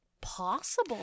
possible